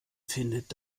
findet